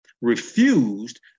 refused